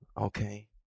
Okay